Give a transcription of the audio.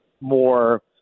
more